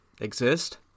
exist